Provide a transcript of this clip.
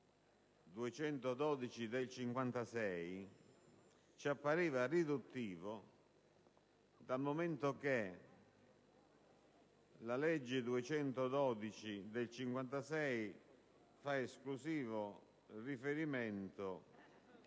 212 del 1956, ci appariva riduttivo, dal momento che la legge in questione fa esclusivo riferimento al